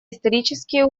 исторические